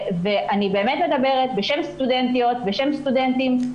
אני באמת מדברת בשם סטודנטיות ובשם סטודנטים.